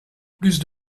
plus